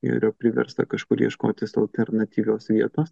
ji yra priversta kažkur ieškotis alternatyvios vietos